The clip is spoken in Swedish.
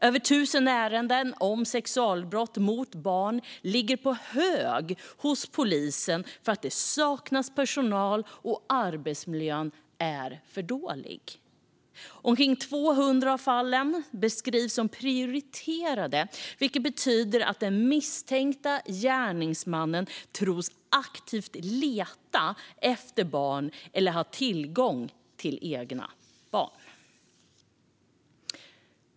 Över tusen ärenden om sexualbrott mot barn ligger på hög hos polisen för att det saknas personal och arbetsmiljön är för dålig. Omkring 200 av fallen beskrivs som prioriterade, vilket betyder att den misstänkte gärningsmannen tros aktivt leta efter barn eller ha tillgång till egna barn.